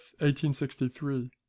1863